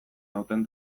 nauten